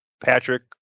Patrick